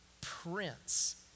prince